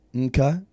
okay